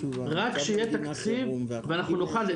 רק שיהיה תקציב ושאנחנו נוכל.